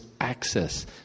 access